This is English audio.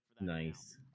Nice